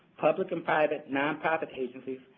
public and private non-profit agencies,